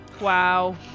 Wow